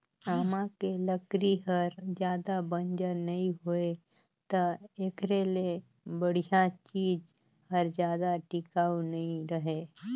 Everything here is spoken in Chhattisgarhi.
आमा के लकरी हर जादा बंजर नइ होय त एखरे ले बड़िहा चीज हर जादा टिकाऊ नइ रहें